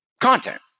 content